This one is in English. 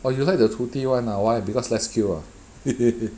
what you like 的徒弟 [one] ah why because less queue ah